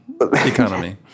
economy